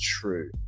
true